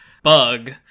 bug